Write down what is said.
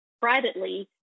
privately